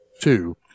Two